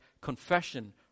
confession